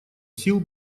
сил